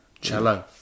Cello